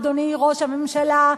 אדוני ראש הממשלה,